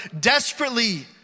desperately